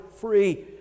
free